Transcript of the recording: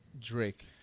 Drake